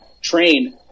train